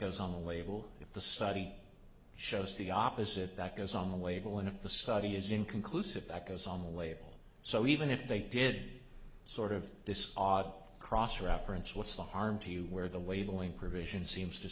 goes on the label if the study shows the opposite that goes on the way but one of the study is inconclusive that goes on the way so even if they did sort of this odd cross reference what's the harm to you where the wailing provision seems to